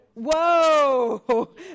Whoa